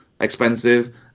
expensive